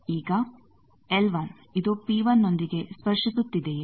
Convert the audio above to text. ಈಗ L ಇದು P1 ನೊಂದಿಗೆ ಸ್ಪರ್ಶಿಸುತ್ತಿದೆಯೇ